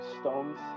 stones